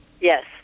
Yes